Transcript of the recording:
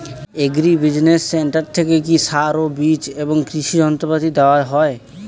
Agri business centre থেকে কি সার ও বিজ এবং কৃষি যন্ত্র পাতি দেওয়া হয়?